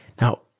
Now